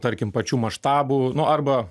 tarkim pačių maštabų nu arba